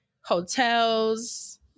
hotels